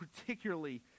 particularly